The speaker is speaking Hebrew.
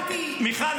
הבנתי --- מיכל,